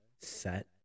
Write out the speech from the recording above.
set